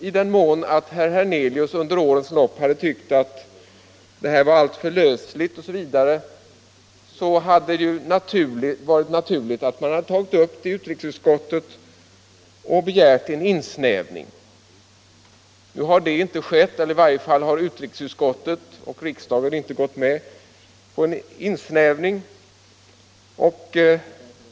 I den mån herr Hernelius under årens lopp hade tyckt att det här var alltför lösligt, borde han tagit upp det i utrikesutskottet och begärt en insnävning. Det har inte skett. I varje fall har utrikesutskottet och riksdagen inte gått med på en insnävning.